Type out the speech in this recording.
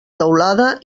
teulada